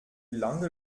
lange